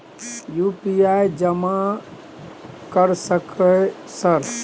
UPI जमा कर सके सर?